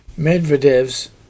Medvedev's